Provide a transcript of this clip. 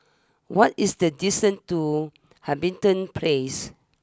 what is the distance to Hamilton place